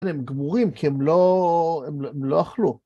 הם גמורים כי הם לא... הם לא אכלו.